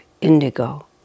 indigo